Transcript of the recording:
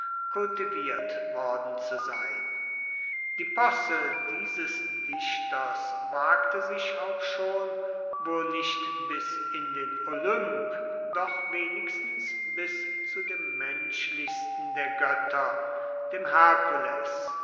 kultiviert worden zu sein die posse dieses dichters wagte sich auch schon wo nicht bis in den olymp doch wenigstens bis zu dem menschlichsten der götter dem